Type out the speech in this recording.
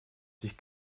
sich